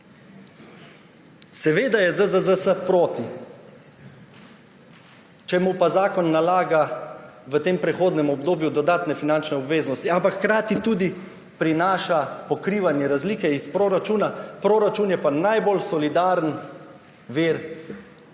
Seveda je ZZZS proti, če mu pa zakon nalaga v tem prehodnem obdobju dodatne finančne obveznosti, ampak hkrati tudi prinaša pokrivanje razlike iz proračuna. Proračun je pa najbolj solidaren vir v